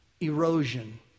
Erosion